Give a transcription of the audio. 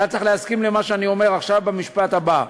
אתה צריך להסכים למה שאני אומר עכשיו במשפט הבא: